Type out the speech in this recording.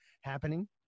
happening